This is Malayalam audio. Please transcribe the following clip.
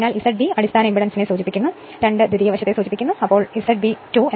അതിനാൽ Z B അടിസ്ഥാന ഇംപെഡൻസിനെ സൂചിപ്പിക്കുന്നു 2 ദ്വിതീയ വശത്തെ സൂചിപ്പിക്കുന്നു അതിനാൽ Z B 2 V2I2